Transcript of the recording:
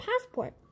passport